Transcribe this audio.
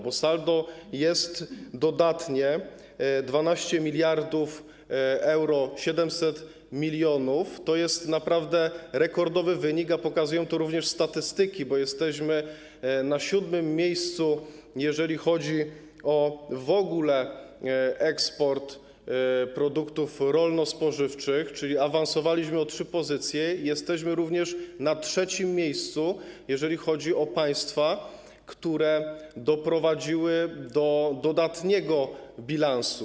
Bo saldo jest dodatnie, 12 700 mln euro to jest naprawdę rekordowy wynik, a pokazują to również statystyki, bo jesteśmy na 7. miejscu, jeżeli chodzi o w ogóle eksport produktów rolno-spożywczych, czyli awansowaliśmy o trzy pozycje, i jesteśmy również na 3. miejscu, jeżeli chodzi o państwa, które doprowadziły do dodatniego bilansu.